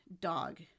dog